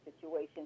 situation